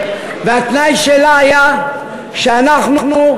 והתנאי שלה היה שלנו,